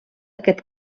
aquest